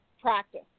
practice